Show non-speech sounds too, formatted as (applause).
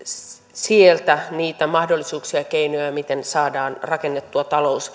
sieltä niitä mahdollisuuksia ja keinoja miten saadaan rakennettua talous (unintelligible)